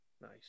Nice